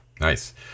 Nice